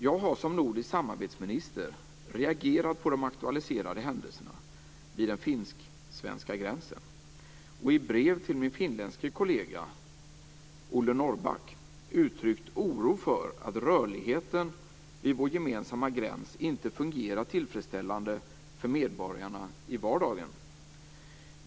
Jag har som nordisk samarbetsminister reagerat på de aktualiserade händelserna vid den svensk-finska gränsen och i brev till min finländske kollega Ole Norrback uttryckt oro för att rörligheten vid vår gemensamma gräns inte fungerar tillfredsställande för medborgarna i vardagen.